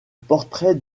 portrait